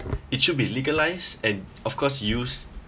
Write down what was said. it should be legalised and of course use